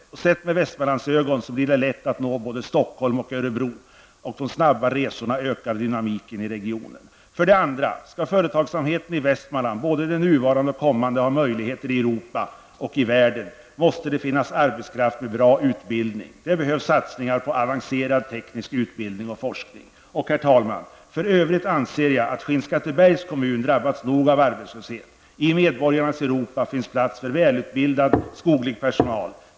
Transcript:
Sett med Västmanlandsögon blir det lätt att nå både Stockholm och Örebro. De snabba resorna ökar dynamiken i regionen. 2. Skall företagsamheten i Västmanland -- både den nuvarande och den kommande -- ha möjligheter i Europa och i världen, måste det finnas arbetskraft med bra utbildning. Det behövs satsningar på avancerad teknisk utbildning och forskning. För övrigt anser jag att Skinnskattebergs kommun drabbats nog av arbetslöshet. I medborgarnas Europa finns plats för välutbildad skoglig personal.